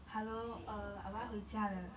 hello uh I 我要回家了